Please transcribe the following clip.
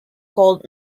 called